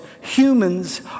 Humans